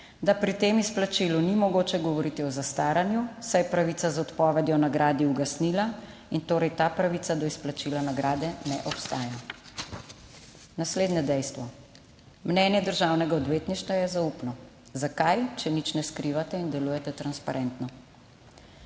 da pri tem izplačilu ni mogoče govoriti o zastaranju, saj je pravica z odpovedjo nagradi ugasnila in torej ta pravica do izplačila nagrade ne obstaja. Naslednje dejstvo; mnenje državnega odvetništva je zaupno. Zakaj, če nič ne skrivate in delujete transparentno.